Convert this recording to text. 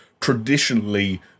Traditionally